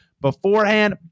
Beforehand